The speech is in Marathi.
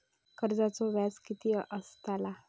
कर्जाचो व्याज कीती असताला?